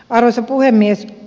arvoisa puhemies